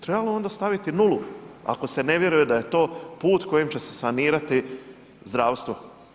Trebamo onda staviti nulu ako se ne vjeruje da je to put kojim će se sanirati zdravstvo.